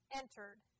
entered